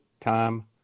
time